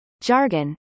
jargon